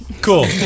Cool